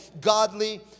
godly